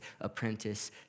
apprentice